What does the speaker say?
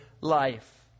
life